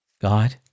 God